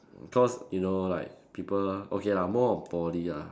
cause you know like people okay lah more on Poly lah